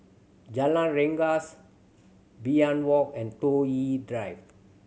Jalan Rengas Walk and Toh Yi Drive